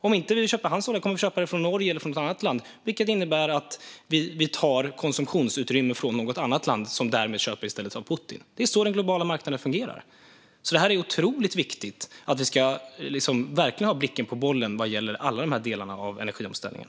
Om vi inte vill köpa hans olja kommer vi att få köpa den från Norge eller något annat land, vilket innebär att vi tar konsumtionsutrymme från något annat land, som därmed i stället köper av Putin. Det är så den globala marknaden fungerar. Det är otroligt viktigt att vi verkligen har blicken på bollen vad gäller alla de här delarna av energiomställningen.